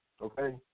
okay